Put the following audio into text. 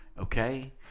okay